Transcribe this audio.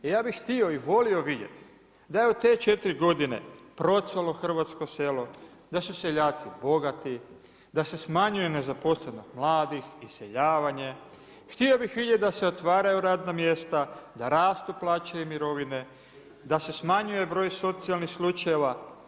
Ja bih htio i volio vidjeti da je od te četiri godine procvalo hrvatsko selo, da su seljaci bogati, da se smanjuje nezaposlenost mladih, iseljavanje, htio bih vidjeti da se otvaraju radna mjesta, da rastu plaće i mirovine, da se smanjuje broj socijalnih slučajeva.